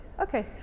Okay